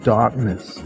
Darkness